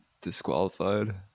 disqualified